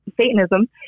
Satanism